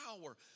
power